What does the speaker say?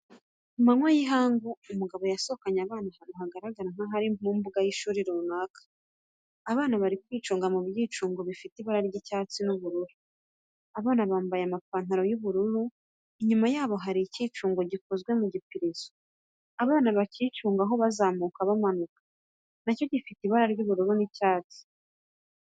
Kumanywa y'ihangu umugabo yasohokanye abana ahantu hagaragara nkaho ari mu mbuga y'ishuri runaka, abana bari kwicunga ku byicungo bifite ibara ry'icyatsi n'ubururu, abana bambaye amapantaro y'ubururu, inyuma yabo hari icyicungo gikozwe mu gipirizo, abana bicungaho bazamuka banamanuka, na cyo gifite ibara ry'ubururu n'icyatsi.